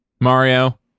Mario